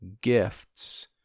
gifts